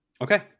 okay